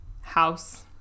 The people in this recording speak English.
house